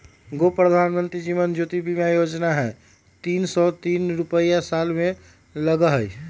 गो प्रधानमंत्री जीवन ज्योति बीमा योजना है तीन सौ तीस रुपए साल में लगहई?